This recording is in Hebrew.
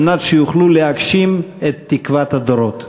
על מנת שיוכלו להגשים את תקוות הדורות.